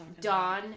dawn